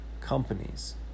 companies